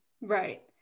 Right